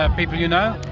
ah people you know?